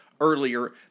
Earlier